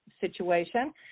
situation